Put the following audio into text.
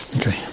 Okay